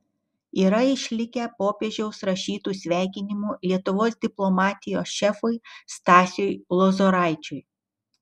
yra išlikę popiežiaus rašytų sveikinimų lietuvos diplomatijos šefui stasiui lozoraičiui